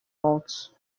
faults